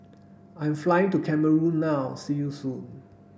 I'm flying to Cameroon now See you soon